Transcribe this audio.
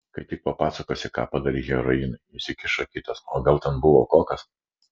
kai tik papasakosi ką padarei heroinui įsikišo kitas o gal ten buvo kokas